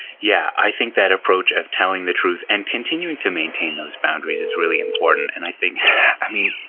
yeah. i think that approach of telling the truth and continuing to maintain those boundaries is really important. and i think i mean,